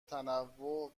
تنوع